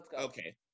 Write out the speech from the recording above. Okay